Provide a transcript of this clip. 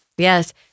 Yes